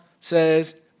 says